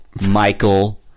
Michael